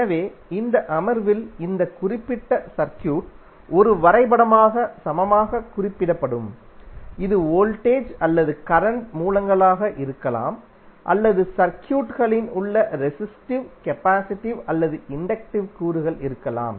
எனவே இந்த அமர்வில் இந்த குறிப்பிட்ட சர்க்யூட் ஒரு வரைபடமாக சமமாக குறிப்பிடப்படும் இது வோல்டேஜ் அல்லது கரண்ட் மூலங்களாக இருக்கலாம் அல்லது சர்க்யூட்களில் உள்ள ரெஸிஸ்டிவ் கபாசிடிவ் அல்லது இன்டக்டிவ் கூறுகள் இருக்கலாம்